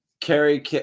Kerry